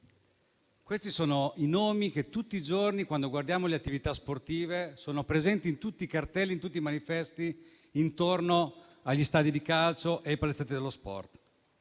questi sono i nomi che tutti i giorni, quando guardiamo attività sportive, sono presenti su tutti i manifesti intorno agli stadi di calcio e ai palazzetti dello sport.